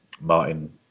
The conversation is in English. Martin